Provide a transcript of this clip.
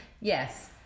Yes